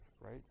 right